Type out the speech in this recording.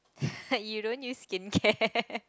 you don't use skincare